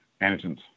antigens